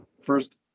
first